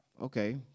okay